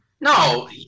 No